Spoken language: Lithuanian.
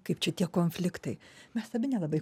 kaip čia tie konfliktai mes abi nelabai